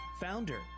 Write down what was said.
founder